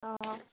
অঁ